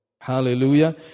Hallelujah